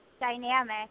dynamic